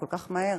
כל כך מהר,